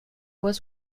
was